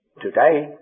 today